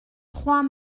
trois